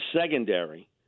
secondary